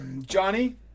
Johnny